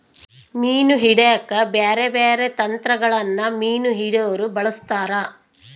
ಮೀನು ಹಿಡೆಕ ಬ್ಯಾರೆ ಬ್ಯಾರೆ ತಂತ್ರಗಳನ್ನ ಮೀನು ಹಿಡೊರು ಬಳಸ್ತಾರ